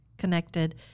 connected